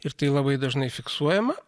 ir tai labai dažnai fiksuojama